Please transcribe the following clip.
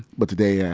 but today, yeah